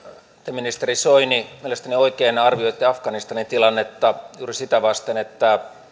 ministeri soini mielestäni oikein arvioitte afganistanin tilannetta juuri sitä vasten että